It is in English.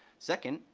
second,